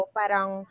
parang